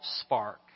spark